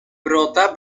wrota